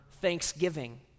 thanksgiving